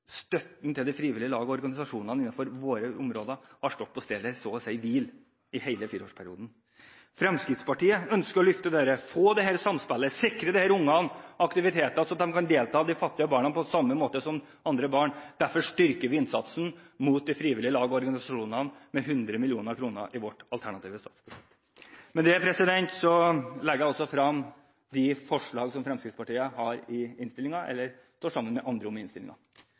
Støtten til frivillige lag og organisasjoner innenfor våre områder har stått på stedet hvil, så å si, i hele fireårsperioden. Fremskrittspartiet ønsker å løfte dette, få til dette samspillet og sikre at de fattige barna kan delta i aktiviteter på samme måte som andre barn. Derfor styrker vi innsatsen overfor frivillige lag og organisasjoner med 100 mill. kr i vårt alternative statsbudsjett. Med det legger jeg frem forslagene som Fremskrittspartiet er alene om, og de forslagene vi står sammen med andre om i